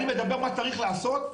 אני מדבר מה צריך לעשות.